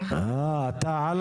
איתך.